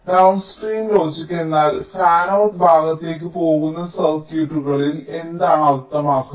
downstream logic എന്നാൽ fanout ഭാഗത്തേക്ക് പോകുന്ന സർക്യൂട്ടുകളിൽ എന്നാണ് അർത്ഥമാക്കുന്നത്